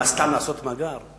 מה, סתם לעשות מאגר?